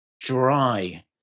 dry